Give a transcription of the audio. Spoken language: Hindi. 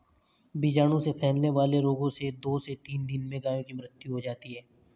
बीजाणु से फैलने वाले रोगों से दो से तीन दिन में गायों की मृत्यु हो जाती है